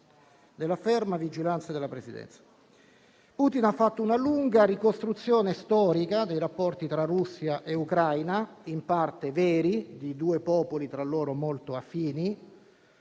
della ferma vigilanza della Presidenza. Putin ha fatto una lunga ricostruzione storica, in parte vera, dei rapporti tra Russia e Ucraina, dei rapporti tra due popoli tra loro molto affini.